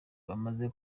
bamaze